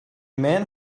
man